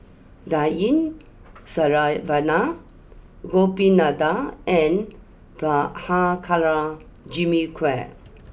Dan Ying Saravanan Gopinathan and Prabhakara Jimmy Quek